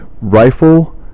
rifle